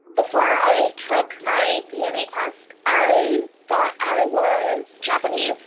before i took my dna test, i thought i was japanese,